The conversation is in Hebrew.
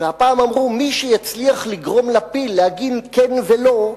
והפעם אמרו: מי שיצליח לגרום לפיל להגיד "כן" ו"לא",